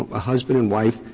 a husband and wife.